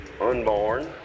unborn